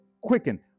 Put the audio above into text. quicken